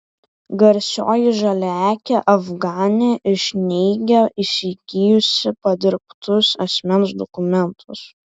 garsioji žaliaakė afganė iš neigia įsigijusi padirbtus asmens dokumentus